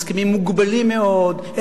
הסכמים מוגבלים מאוד,